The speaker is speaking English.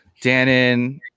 dannon